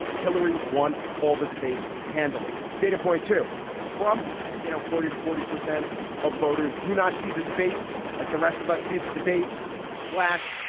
hillary won all the debates handily. data point to trump's, you know, forty to forty percent of voters do not see the debates like the rest of us see the debates slash.